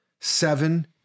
seven